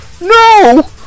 No